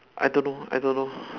I don't know I don't know